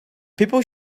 people